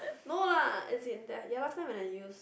no lah is it ya last time when I use